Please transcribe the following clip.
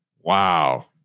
Wow